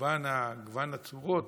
מגוון הצורות,